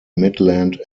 midland